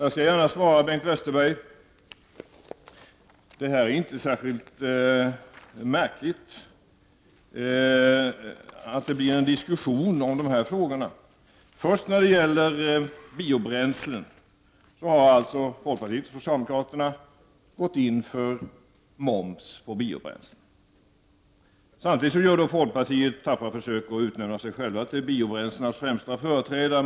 Jag skall gärna svara Bengt Westerberg — det är inte särskilt märkligt att det blir en diskussion om dessa frågor. Folkpartiet och socialdemokraterna har alltså gått in för moms på biobränslen. Samtidigt gör folkpartiet tappra försök att utnämna sig självt till biobränslenas främsta företrädare.